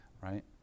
right